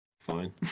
fine